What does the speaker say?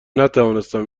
نتوانستم